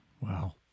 Wow